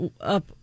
up